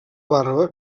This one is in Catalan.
barba